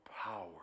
power